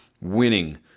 winning